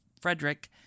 Frederick